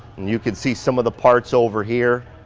you can see some of the parts over here,